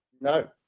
No